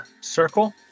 circle